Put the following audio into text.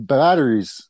batteries